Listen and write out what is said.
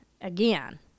again